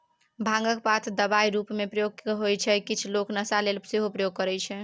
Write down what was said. भांगक पात दबाइ रुपमे प्रयोग होइ छै किछ लोक नशा लेल सेहो प्रयोग करय छै